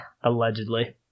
Allegedly